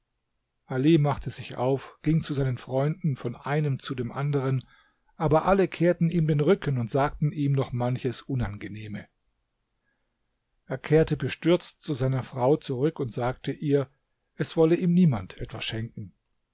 ali machte sich auf ging zu seinen freunden von einem zu dem anderen aber alle kehrten ihm den rücken und sagten ihm noch manches unangenehme er kehrte bestürzt zu seiner frau zurück und sagte ihr es wolle ihm niemand etwas schenken